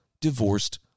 divorced